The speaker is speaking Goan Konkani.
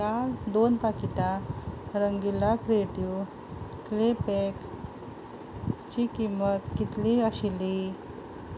काल दोन पाकिटां रंगिला क्रियेटीव क्ले पॅकची किंमत कितली आशिल्ली